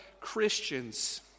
Christians